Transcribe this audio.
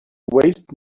waste